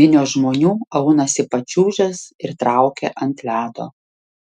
minios žmonių aunasi pačiūžas ir traukia ant ledo